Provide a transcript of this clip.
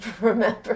remember